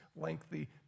lengthy